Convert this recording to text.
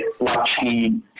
blockchain